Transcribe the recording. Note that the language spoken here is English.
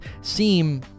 seem